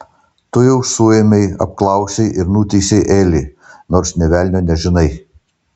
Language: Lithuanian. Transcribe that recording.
tu jau suėmei apklausei ir nuteisei elį nors nė velnio nežinai